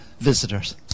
visitors